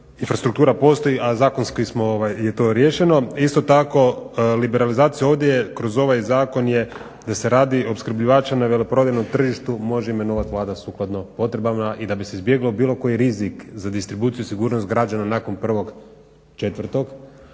infrastruktura postoji a zakonski je to riješeno. Isto tako, liberalizacija ovdje kroz ovaj zakon je da se radi o opskrbljivaču na veleprodajnom tržištu može imenovati Vlada sukladno odredbama i da bi se izbjegao bilo koji rizik za distribuciju, sigurnost građana nakon 1.4.